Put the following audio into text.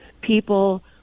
people